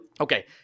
Okay